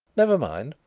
never mind.